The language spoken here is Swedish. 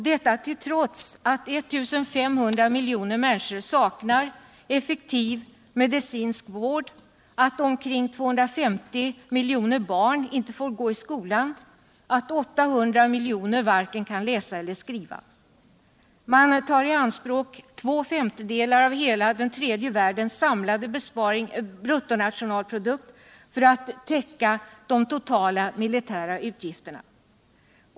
Detta trots att 1 500 miljoner människor saknar effektiv medicinsk vård, att omkring 250 milioner barn inte får gå i skolan, att 800 miljoner varken kan läsa eller sk riva. Man tar i anspråk två femtedelar av hela den tredje världens samlade bruttonationalprodukt för att täcka de totala militära utgifterna.